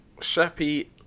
Shappy